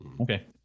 Okay